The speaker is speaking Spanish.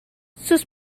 sus